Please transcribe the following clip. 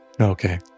Okay